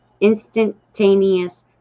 instantaneous